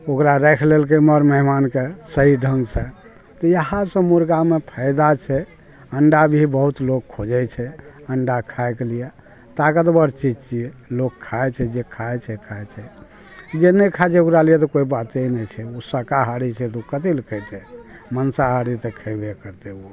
ओकरा राखि लेलकै मर मेहमानके सही ढंग से तऽ इएह सब मुर्गामे फायदा छै अंडा भी बहुत लोक खोजै छै अंडा खाइके लिए ताकतबर चीज छियै लोक खाइ छै जे खाइ छै खाइ छै जे नहि खाइ छै ओकरा लिए तऽ कोइ बात ई नहि छै ओ शकाहारी छै तऽ ओ कथी लै खैतै मांसाहारी तऽ खैबे करतै ओ